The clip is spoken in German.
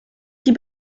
die